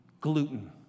Gluten